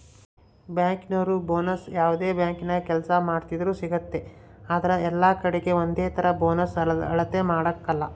ಬ್ಯಾಂಕಿನೋರು ಬೋನಸ್ನ ಯಾವ್ದೇ ಬ್ಯಾಂಕಿನಾಗ ಕೆಲ್ಸ ಮಾಡ್ತಿದ್ರೂ ಸಿಗ್ತತೆ ಆದ್ರ ಎಲ್ಲಕಡೀಗೆ ಒಂದೇತರ ಬೋನಸ್ ಅಳತೆ ಮಾಡಕಲ